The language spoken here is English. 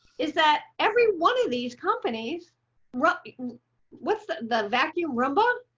is that every one of these companies run with the vacuum rumba,